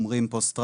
אומרים פוסט טראומה,